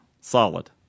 Solid